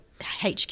HQ